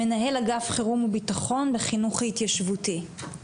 מנהל אגף חירום וביטחון בחינוך ההתיישבותי.